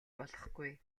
болохгүй